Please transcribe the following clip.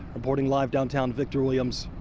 reporting live downtown, victor williams,